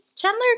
Chandler